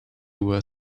were